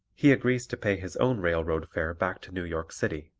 he agrees to pay his own railroad fare back to new york city